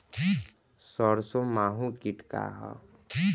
सरसो माहु किट का ह?